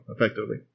effectively